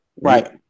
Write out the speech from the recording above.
right